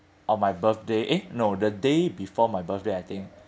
of my birthday eh no the day before my birthday I think